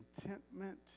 contentment